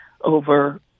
over